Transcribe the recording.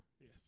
Yes